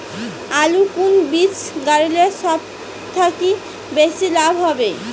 আলুর কুন বীজ গারিলে সব থাকি বেশি লাভ হবে?